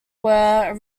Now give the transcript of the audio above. were